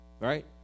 Right